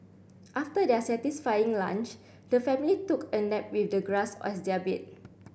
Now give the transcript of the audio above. after their satisfying lunch the family took a nap with the grass as their bed